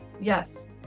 Yes